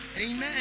Amen